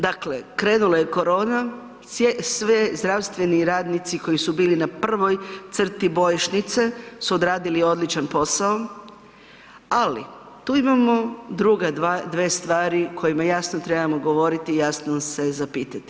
Dakle, krenula je korona, svi zdravstveni radnici koji su bili na prvoj crti bojišnice su odradili odličan posao, ali tu imamo druge dvije stvari o kojima jasno trebamo govoriti, jasno se zapitati.